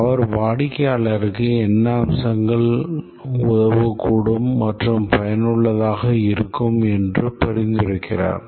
அவர் வாடிக்கையாளருக்கு என்ன அம்சங்கள் உதவக்கூடும் மற்றும் பயனுள்ளதாக இருக்கும் என்று பரிந்துரைக்கிறார்